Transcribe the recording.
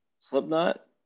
Slipknot